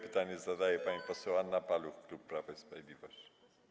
Pytanie zadaje pani poseł Anna Paluch, klub Prawo i Sprawiedliwość.